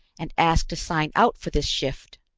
and ask to sign out for this shift?